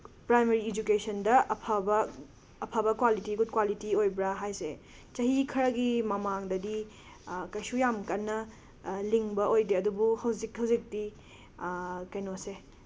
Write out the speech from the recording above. primary ꯏꯗꯨꯀꯦꯁꯟꯗ ꯑꯐꯕ ꯑꯐꯕ ꯀ꯭ꯋꯥꯂꯤꯇꯤ ꯒꯨꯗ ꯀ꯭ꯋꯥꯂꯤꯇꯤ ꯑꯣꯏꯕ꯭ꯔꯥ ꯍꯥꯏꯁꯦ ꯆꯍꯤ ꯈꯔꯒꯤ ꯃꯃꯥꯡꯗꯗꯤ ꯀꯩꯁꯨ ꯌꯥꯝ ꯀꯟꯅ ꯂꯤꯡꯕ ꯑꯣꯏꯗꯦ ꯑꯗꯨꯕꯨ ꯍꯧꯖꯤꯛ ꯍꯧꯖꯤꯛꯇꯤ ꯀꯩꯅꯣꯁꯦ